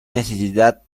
necesidad